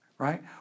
Right